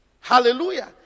Hallelujah